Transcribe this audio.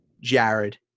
Jared